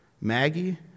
Maggie